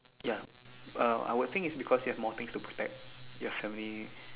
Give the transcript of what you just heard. ya uh I would think is because you have more things to protect your family